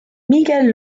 miguel